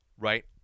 right